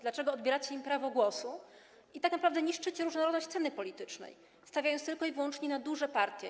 Dlaczego odbieracie im prawo głosu i tak naprawdę niszczycie różnorodność sceny politycznej, stawiając tylko i wyłącznie na duże partie?